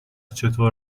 چطور